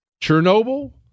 Chernobyl